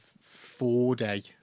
four-day